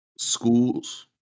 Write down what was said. schools